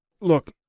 look